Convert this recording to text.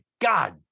God